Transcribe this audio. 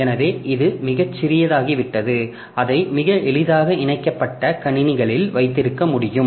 எனவே இது மிகச் சிறியதாகிவிட்டது அதை மிக எளிதாக இணைக்கப்பட்ட கணினிகளில் வைத்திருக்க முடியும்